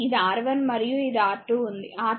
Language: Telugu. ఇది R1 మరియు ఇది R2 ఉంది